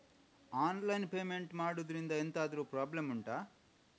online payment ಮಾಡುದ್ರಿಂದ ಎಂತಾದ್ರೂ problem ಉಂಟಾ